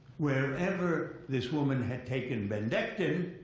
wherever this woman had taken bendectin